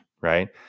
right